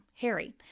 Harry